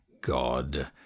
God